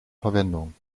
verwendung